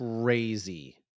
crazy